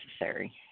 necessary